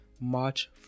March